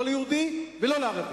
לא ליהודי ולא לערבי.